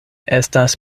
estas